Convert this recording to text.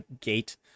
gate